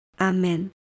Amen